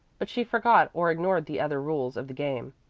but she forgot or ignored the other rules of the game.